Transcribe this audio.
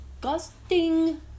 gusting